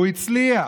והוא הצליח.